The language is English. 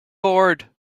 board